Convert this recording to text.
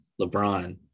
lebron